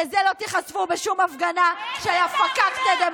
לזה לא תיחשפו בשום הפגנה של הפקקטה-דמוקרטים.